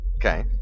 Okay